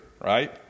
right